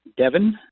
Devon